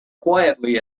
quietly